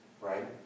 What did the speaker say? Right